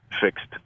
fixed